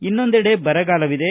ಇನ್ನೊಂದೆಡೆ ಬರಗಾಲವಿದೆ